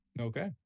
Okay